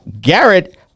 garrett